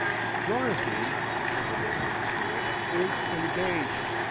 dorothy, returned the lady with spirit, is engaged.